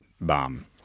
bomb